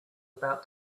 about